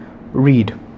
read